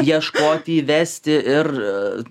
ieškoti įvesti ir